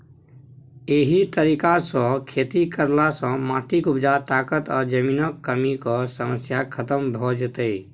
एहि तरीका सँ खेती करला सँ माटिक उपजा ताकत आ जमीनक कमीक समस्या खतम भ जेतै